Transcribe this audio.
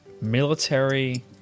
military